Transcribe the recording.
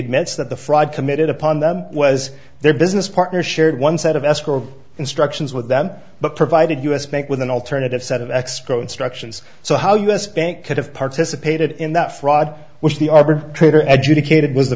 admits that the fraud committed upon them was their business partner shared one set of escrow instructions with them but provided us make with an alternative set of xcode instructions so how us bank could have participated in that fraud which the arbitrator educated was the